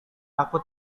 aku